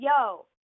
yo